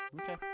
Okay